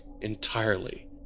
entirely